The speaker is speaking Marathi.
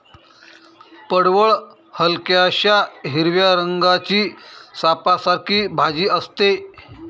पडवळ हलक्याशा हिरव्या रंगाची सापासारखी भाजी असते